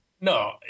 no